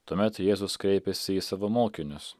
tuomet jėzus kreipėsi į savo mokinius